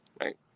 Right